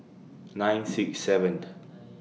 nine six seven